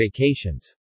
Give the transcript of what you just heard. vacations